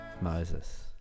Moses